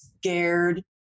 scared